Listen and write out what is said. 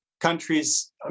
countries